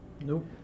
Nope